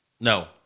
No